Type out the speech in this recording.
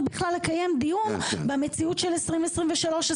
בכלל לקיים דיון במציאות של 2023-2022,